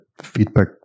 feedback